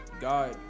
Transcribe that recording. God